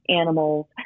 animals